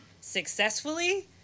successfully